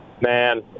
Man